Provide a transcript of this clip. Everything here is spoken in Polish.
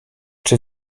czy